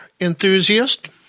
enthusiast